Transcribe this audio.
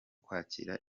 kwakira